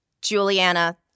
juliana